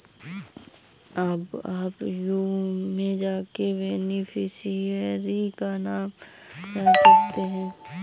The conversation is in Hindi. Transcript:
अब आप व्यू में जाके बेनिफिशियरी का नाम जान सकते है